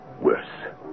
worse